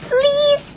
please